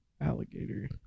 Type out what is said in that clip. Alligator